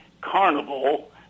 carnival